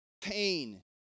Pain